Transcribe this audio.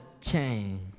chain